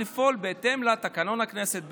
לפעול בהתאם לתקנון הכנסת,